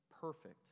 perfect